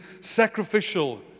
sacrificial